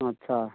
अच्छा